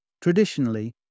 Traditionally